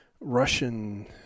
Russian